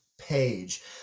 page